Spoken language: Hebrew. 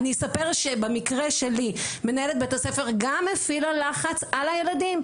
אני אספר שבמקרה שלי מנהלת בית הספר גם הפעילה לחץ על הילדים,